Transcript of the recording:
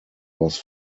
was